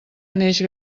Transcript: neix